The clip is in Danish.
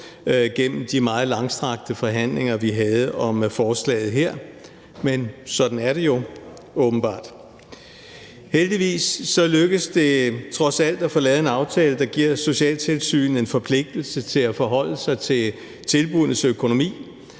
den måde at forvalte offentlige midler på. Men sådan er det jo åbenbart. Heldigvis lykkedes det trods alt at få lavet en aftale, der giver socialtilsynet en forpligtelse til at forholde sig til tilbuddenes økonomi.